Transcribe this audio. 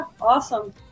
awesome